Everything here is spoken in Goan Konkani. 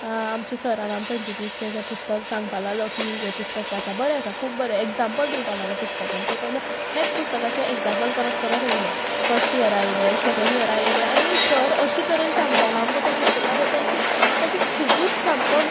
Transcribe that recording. आमच्या सरान आमकां इंट्रोड्यूस केलें तें पुस्तक सांगपाक लागलो की हें पुस्तक वाचपा बरें आसा खूब बरें एग्जांपल दिवपा लागलो पुस्तकांचें तेन्ना हेंच पुस्तकाचे एग्जांपल परत परत आयलें फस्ट इयर आयलें सेकेंड इयर आयलें आनी सर अशें तरेन सांगतालो आमकां तें पुस्तका बद्दल की अशें खुबूच सामको